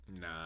Nah